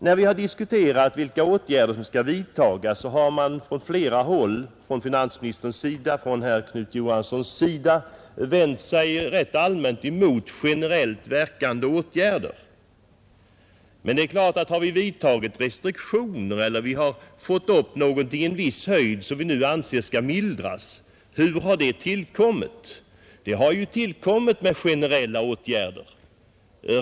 När vi har diskuterat vilka åtgärder som skall vidtagas har man från flera håll — bl.a. finansministern och herr Knut Johansson i Stockholm — vänt sig rätt allmänt mot generellt verkande åtgärder. Men om vi nu har infört restriktioner av en viss höjd och anser att de skall mildras, hur har de tillkommit? Jo, de har tillkommit genom generella åtgärder.